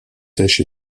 sèche